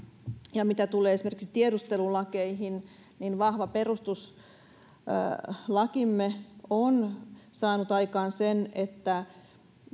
ja mitä tulee esimerkiksi tiedustelulakeihin niin vahva perustuslakimme on saanut aikaan sen että